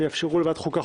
ויאפשרו לוועדת החוקה,